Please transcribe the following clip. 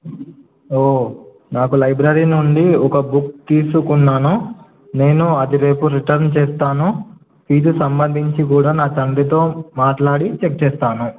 ఓ నాకు లైబ్రరీ నుండి ఒక బుక్ తీసుకున్నాను నేను అది రేపు రిటర్న్ చేస్తాను ఫీజు సంబంధించి కూడా నా తండ్రితో మాట్లాడి చెక్ చేస్తాను